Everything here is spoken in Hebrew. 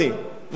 מה השגת?